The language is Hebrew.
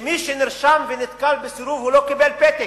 הוא שמי שנרשם ונתקל בסירוב לא קיבל פתק.